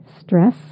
stress